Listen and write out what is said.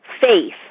faith